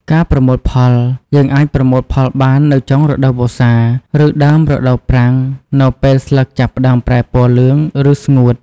ការប្រមូលផល យើយអាចប្រមូលផលបាននៅចុងរដូវវស្សា ឬដើមរដូវប្រាំងនៅពេលស្លឹកចាប់ផ្តើមប្រែពណ៌លឿង ឬស្ងួត។